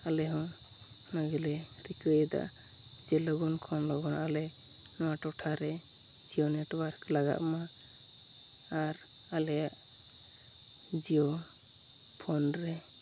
ᱟᱞᱮᱦᱚᱸ ᱚᱱᱟᱜᱮᱞᱮ ᱨᱤᱠᱟᱹᱭᱫᱟ ᱪᱮ ᱞᱚᱜᱚᱱ ᱠᱷᱚᱱ ᱞᱚᱜᱚᱱ ᱟᱞᱮ ᱱᱚᱣᱟ ᱴᱚᱴᱷᱟᱨᱮ ᱡᱤᱭᱳ ᱱᱮᱴᱚᱣᱟᱨᱠ ᱞᱟᱜᱟᱜ ᱢᱟ ᱟᱨ ᱟᱞᱮᱭᱟᱜ ᱡᱤᱭᱳ ᱯᱷᱳᱱᱨᱮ